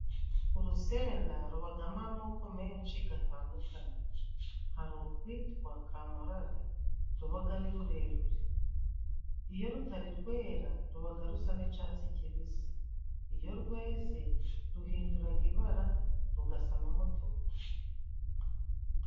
Urusenda rubagamo amoko menshi gatandukanye. Hari urwitwa kamurari rubaga ari rurerure. Iyo rutari rwera rubaga rusa n'icatsi kibisi, iyo rweze ruhinduraga ibara rugasa n'umutuku.